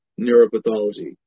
neuropathology